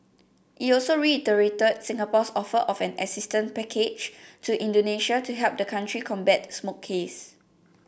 it also reiterated Singapore's offer of an assistance package to Indonesia to help the country combat smoke haze